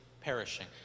perishing